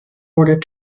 order